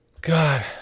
God